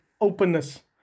openness